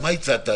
מה הצעת?